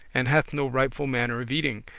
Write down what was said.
and hath no rightful manner of eating.